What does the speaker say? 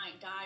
die